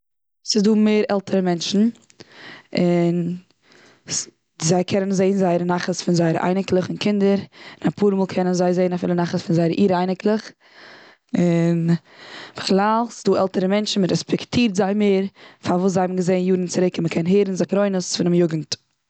ס'איז דא מער עלטערע מענטשן, און זיי קענען זעהן זייער נחת פון זייערע אייניקלעך, און זייערע קינדער. און אפאר מאל קענען זיי אפילו זעהן זייער נחת פון זייער איר אייניקלעך. און, בכלל ס'איז דא עלטערע מענטשן מ'רעספעקטירט זיי מער, פאר וואס זיי האבן געזעהן יארן צוריק, און מ'קען הערן זכרונות פונעם יוגנט.